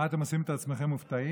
מה, אתם עושים את עצמכם מופתעים?